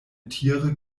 tiere